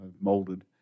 molded